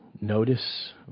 notice